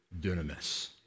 dunamis